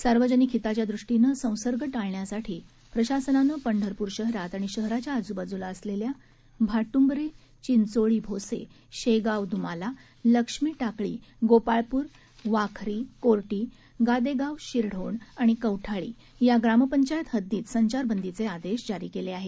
सार्वजनिक हिताच्या दृष्टीनं संसर्ग टाळण्यासाठी प्रशासनानं पंढरपूर शहरात आणि शहराच्या आजूबाजूला असलेल्या भाटूंबरे चिंचोळी भोसे शेगाव द्माला लक्ष्मी टाकळी गोपाळपूर वाखरी कोर्टी गादेगाव शिरढोण आणि कौठाळी या ग्रामपंचायत हद्दीत संचारबंदीचे आदेश जारी केले आहेत